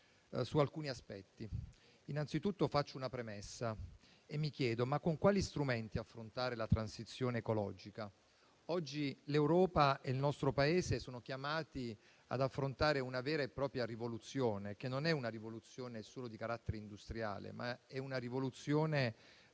su alcuni aspetti. Innanzitutto faccio una premessa e mi chiedo con quali strumenti si pensa di affrontare la transizione ecologica. Oggi l'Europa e il nostro Paese sono chiamati ad affrontare una vera e propria rivoluzione, che non è solo di carattere industriale, ma è una rivoluzione